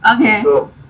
Okay